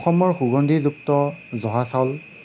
অসমৰ সুগন্ধিযুক্ত জহা চাউল